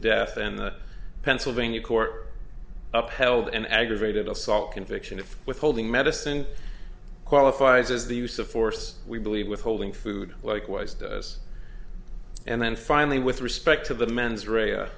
death and the pennsylvania court upheld an aggravated assault conviction if withholding medicine qualifies as the use of force we believe withholding food likewise does and then finally with respect to the mens